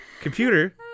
Computer